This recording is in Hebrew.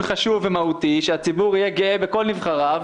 חשוב ומהותי שהציבור יהיה גאה בכל נבחריו,